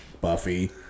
Buffy